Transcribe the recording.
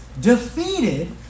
defeated